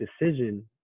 decision